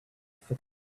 for